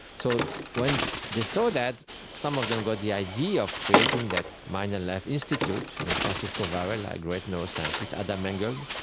so when they saw that, some of them got the idea of creating that mind and life institute francisco varela, a great neuroscientist, adam engle,